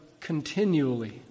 continually